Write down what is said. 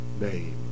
name